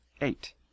eight